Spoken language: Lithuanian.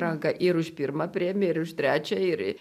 ranką ir už pirmą premiją ir už trečią ir